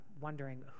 wondering